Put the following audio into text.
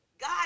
God